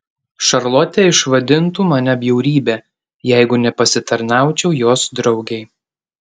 šarlotė išvadintų mane bjaurybe jeigu nepasitarnaučiau jos draugei